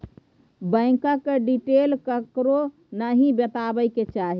बैंकक डिटेल ककरो नहि बतेबाक चाही